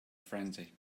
frenzy